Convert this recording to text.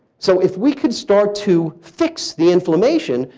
so if we could start to fix the inflammation,